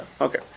Okay